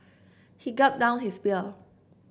he gulped down his beer